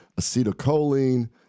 acetylcholine